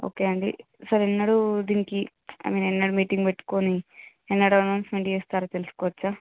okay అండి sir ఎన్నడు దీనికి ఐ మీన్ ఎన్నడు మీటింగ్ పెట్టుకుని ఎన్నడు అనౌన్స్మెంట్ చేస్తారో తెలుసుకోవచ్చా